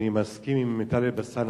אני מסכים עם טלב אלסאנע,